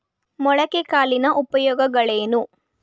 ಮೊಳಕೆ ಕಾಳಿನ ಉಪಯೋಗಗಳೇನು?